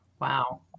wow